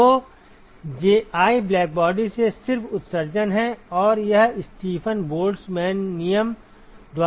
तो Ji blackbody से सिर्फ उत्सर्जन है और यह स्टीफन बोल्ट्जमैन नियम द्वारा दिया गया है